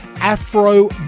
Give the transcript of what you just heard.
Afro